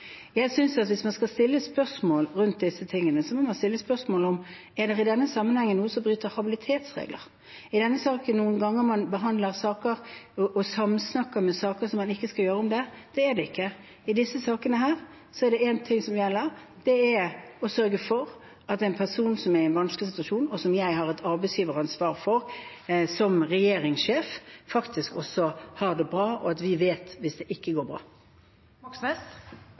Hvis man skal stille spørsmål rundt disse tingene, synes jeg man må stille spørsmål om det i denne sammenhengen er noe som bryter med habilitetsregler. Er det i denne saken ganger man behandler saker og samsnakker om saker man ikke skal? Det er det ikke. I disse sakene er det én ting som gjelder, og det er å sørge for at en person som er i en vanskelig situasjon, og som jeg som regjeringssjef har et arbeidsgiveransvar for, faktisk har det bra, og at vi vet det om det ikke går